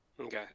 Okay